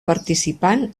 participant